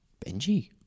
Benji